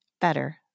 better